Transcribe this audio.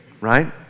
right